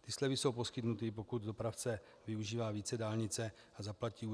Ty slevy jsou poskytnuty, pokud dopravce využívá více dálnice a zaplatí